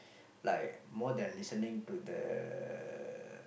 like more than listening to the